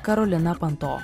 karolina panto